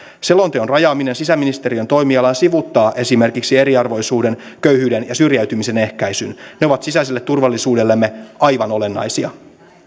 selonteon rajaaminen sisäministeriön toimialaan sivuuttaa esimerkiksi eriarvoisuuden köyhyyden ja syrjäytymisen ehkäisyn ne ovat sisäiselle turvallisuudellemme aivan olennaisia